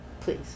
Please